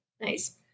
Nice